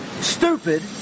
stupid